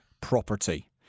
property